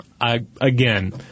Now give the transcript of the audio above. again